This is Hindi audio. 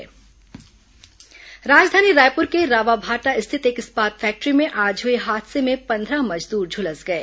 फैक्ट्री हादसा राजधानी रायपुर के रावाभांटा स्थित एक इस्पात फैक्ट्री में आज हुए हादसे में पन्द्रह मजदूर झुलस गए